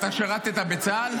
אתה שירתָּ בצה"ל?